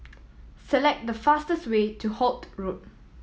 select the fastest way to Holt Road